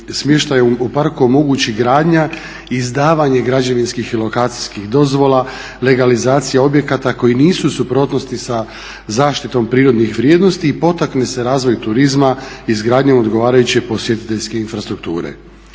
smještaja u parku omogući gradnja, izdavanje građevinskih i lokacijskih dozvola, legalizacija objekata koji nisu u suprotnosti sa zaštitom prirodnih vrijednosti i potakne se razvoj turizma izgradnjom odgovarajuće posjetiteljske infrastrukture.